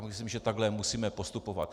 Myslím, že takto musíme postupovat.